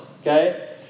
Okay